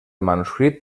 manuscrit